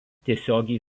tiesiogiai